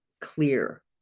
clear